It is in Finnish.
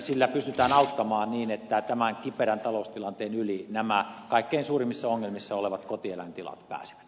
sillä pystytään auttamaan niin että tämän kiperän taloustilanteen yli nämä kaikkein suurimmissa ongelmissa olevat kotieläintilat pääsevät